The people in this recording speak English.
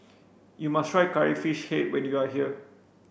you must try curry fish head when you are here